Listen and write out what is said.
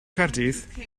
caerdydd